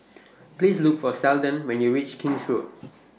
Please Look For Seldon when YOU REACH King's Road